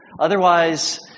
Otherwise